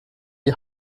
die